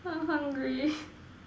I'm hungry